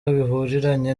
bihuriranye